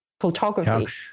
Photography